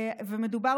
מדובר